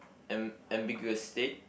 am~ ambiguous state